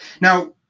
Now